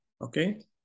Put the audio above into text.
Okay